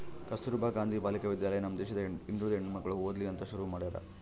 ಕಸ್ತುರ್ಭ ಗಾಂಧಿ ಬಾಲಿಕ ವಿದ್ಯಾಲಯ ನಮ್ ದೇಶದ ಹಿಂದುಳಿದ ಹೆಣ್ಮಕ್ಳು ಓದ್ಲಿ ಅಂತ ಶುರು ಮಾಡ್ಯಾರ